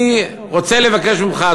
אני רוצה לבקש ממך,